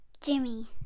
jimmy